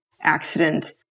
accident